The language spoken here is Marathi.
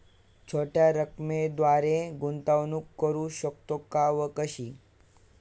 छोट्या रकमेद्वारे गुंतवणूक करू शकतो का व कशी?